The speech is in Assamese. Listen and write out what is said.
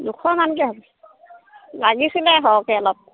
দুশমানকৈ হ'ব লাগিছিলে সৰহকৈ অলপ